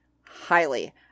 highly